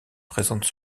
présente